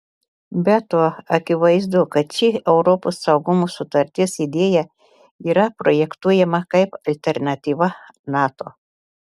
be to akivaizdu kad ši europos saugumo sutarties idėja yra projektuojama kaip alternatyva nato